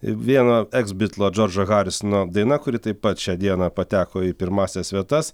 vieno eksbitlo džono harisono daina kuri taip pat šią dieną pateko į pirmąsias vietas